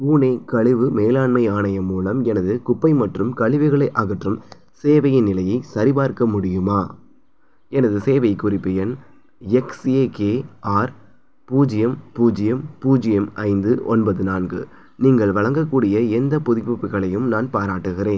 புனே கழிவு மேலாண்மை ஆணையம் மூலம் எனது குப்பை மற்றும் கழிவுகளை அகற்றும் சேவையின் நிலையை சரிபார்க்க முடியுமா எனது சேவை குறிப்பு எண் எக்ஸ் ஏ கே ஆர் பூஜ்ஜியம் பூஜ்ஜியம் பூஜ்ஜியம் ஐந்து ஒன்பது நான்கு நீங்கள் வழங்கக்கூடிய எந்த புதுப்பிப்புகளையும் நான் பாராட்டுகிறேன்